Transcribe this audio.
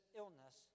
illness